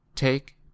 Take